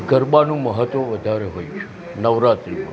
ગરબાનું મહત્ત્વ વધારે હોય છે નવરાત્રિમાં